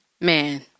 man